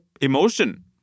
emotion